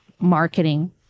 marketing